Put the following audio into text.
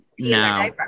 no